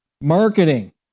Marketing